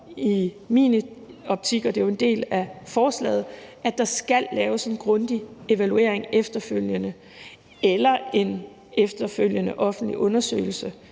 i min optik, og det er jo en del af forslaget, at der skal laves en grundig evaluering efterfølgende eller en efterfølgende offentlig undersøgelse,